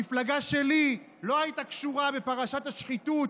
המפלגה שלי לא הייתה קשורה בפרשת השחיתות